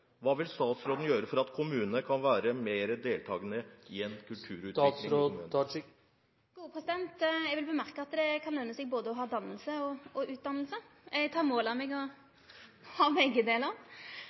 Hva vil statsråden gjøre for at kommunene kan være mer deltagende i en kulturutvikling i kommunene? Eg vil halde fram at det kan lønne seg både å ha danning og utdanning – eg tek mål av meg å